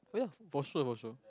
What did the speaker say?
ya for sure for sure